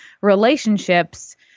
relationships